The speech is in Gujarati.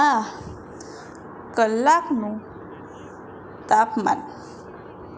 આ કલાકનું તાપમાન